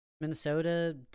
Minnesota